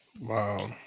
Wow